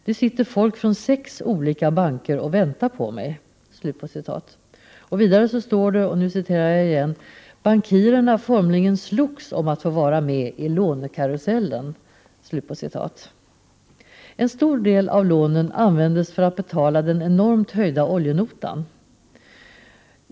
Det sitter folk från sex olika banker och väntar på mig.” Vidare står det: ”Bankirerna formligen slogs om att få vara med i lånekarusellen.” En stor del av lånen användes för att betala den enormt höjda oljenotan.